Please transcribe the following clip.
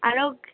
আৰু